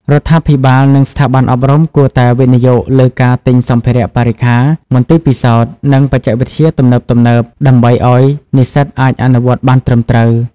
រដ្ឋាភិបាល និងស្ថាប័នអប់រំគួរតែវិនិយោគលើការទិញសម្ភារៈបរិក្ខារ មន្ទីរពិសោធន៍ និងបច្ចេកវិទ្យាទំនើបៗ ដើម្បីឱ្យនិស្សិតអាចអនុវត្តបានត្រឹមត្រូវ។